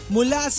Mula